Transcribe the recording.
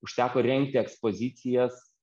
užteko rengti ekspozicijas